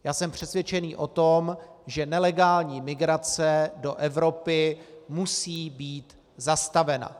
Já jsem přesvědčen o tom, že nelegální migrace do Evropy musí být zastavena.